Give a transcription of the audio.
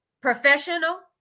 professional